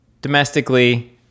domestically